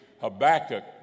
Habakkuk